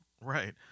Right